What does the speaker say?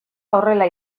horrela